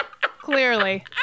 Clearly